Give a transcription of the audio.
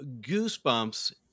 goosebumps